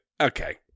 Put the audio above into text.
okay